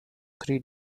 three